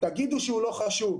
תגידו שהוא לא חשוב.